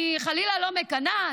אני חלילה לא מקנאה,